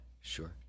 Sure